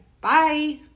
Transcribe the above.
Bye